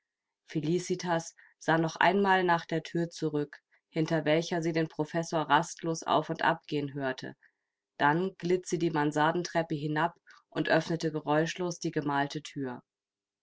felicitas sah noch einmal nach der thür zurück hinter welcher sie den professor rastlos auf und ab gehen hörte dann glitt sie die mansardentreppe hinab und öffnete geräuschlos die gemalte thür